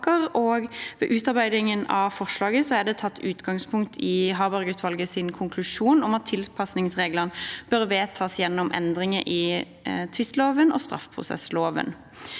Ved utarbeidingen av forslaget er det tatt utgangspunkt i Harbergutvalgets konklusjon om at tilpasningsreglene bør vedtas gjennom endringer i tvisteloven og straffeprosessloven.